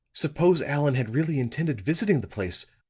suppose allan had really intended visiting the place